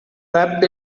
wrapped